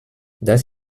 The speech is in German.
das